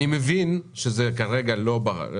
אני מבין שזה כרגע לא נמצא בחוק,